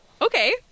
Okay